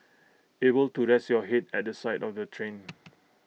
able to rest your Head at the side of the train